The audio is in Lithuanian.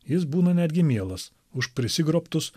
jis būna netgi mielas už prisigrobtus